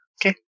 Okay